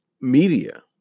media